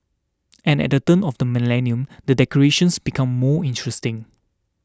and at the turn of the millennium the decorations become more interesting